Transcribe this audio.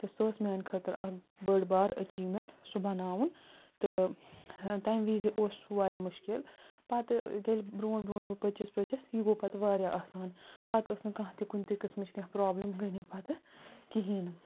تہٕ سُہ اوس میانہِ خٲطرٕ اَکھ بٔڑ بارٕ أچیومیٚنٹ سُہ بناوُن تہٕ تمہِ وِزِ اوس وارِیاہ مُشکِل پتہٕ ییٚلہِ برٛوںٛٹہ برٛۄنٛٹھ پٔچٕس پٔچِس یہِ گوٚو پتہٕ وارِیاہ آسان پتہٕ ٲسۍ نہٕ کانٛہہ تہِ کُنہِ تہِ قٕسمِچ کیٚنٛہہ پرٛابلِم گٔے نہٕ پتہٕ کِہیٖنۍ